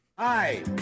Hi